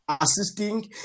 assisting